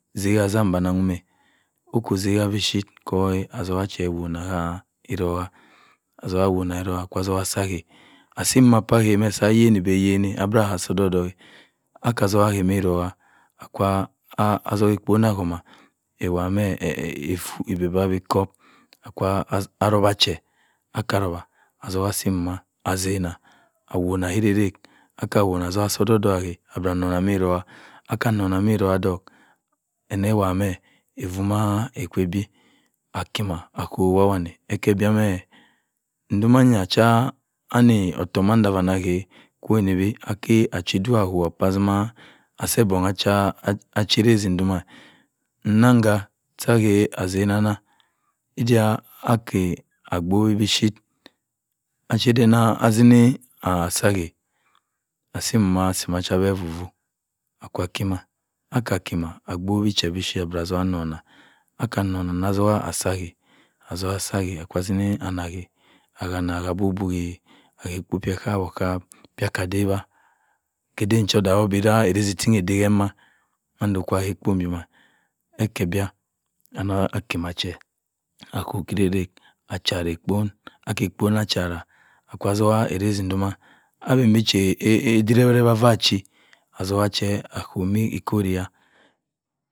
Sakasam anagm. oku ose ma chip otagh che awona gah eroka akwa togha isa ake. asi mbi kpa ake-ya mayini-oyini obera aga asi edok-edok. aka togha ake yi eroka akwa atogha ebong akuma ebibire bek kup. aka arowa atogha asi mbi kup. aka arowa atongh asi mbi atena abara ayok asi-odik-odok akeh nnewana efuuna ke kwu ebi. akuma aku- o wuwu mawanne. ndomaya acha otok ya itami oge. kwo-yenibi ake achi-duk pamatima asi ebongha cha achea erese doma. nnaghka asen ana. agie ake agbok mi chip. acheden atini asi ake. asi mma ase macha-abeh mma fuffu. akwa kima aka kima agbowo che beh chip akwa dogha anouna. aka nouna oka tongha asi ake okwu timi ana oka eden cha odaghe beh awira erese ede ke-mma mando kwa ake ekpo-mbo eke ebia akuma che acha-ebona aki ebong achara akwa togha erese indoma abenbe chi edere ma-awa-awa afa achi. asuka chi a chioma ukuria